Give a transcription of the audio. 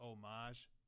homage